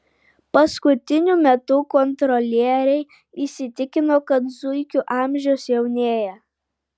paskutiniu metu kontrolieriai įsitikino kad zuikių amžius jaunėja